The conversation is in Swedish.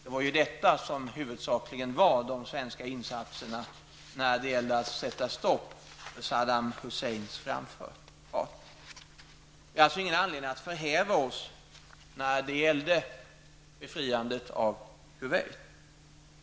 Det var ju detta som i huvudsak var de svenska insatserna när det gällde att sätta stopp för Vi har alltså ingen anledning att förhäva oss när det gällde att befria Kuwait.